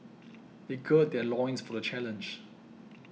they gird their loins for the challenge